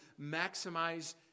maximize